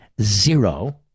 zero